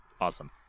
Awesome